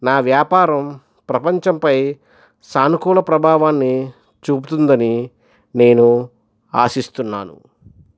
నా వ్యాపారం ప్రపంచంపై సానుకుల ప్రభావాన్ని చూపుతుందని నేను ఆశిస్తున్నాను